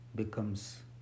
becomes